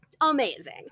amazing